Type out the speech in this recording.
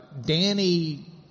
Danny